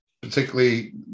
particularly